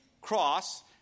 cross